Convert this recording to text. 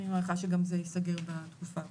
אני מעריכה שזה גם ייסגר בתקופה הקרובה.